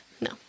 no